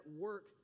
work